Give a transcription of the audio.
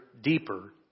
deeper